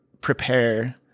prepare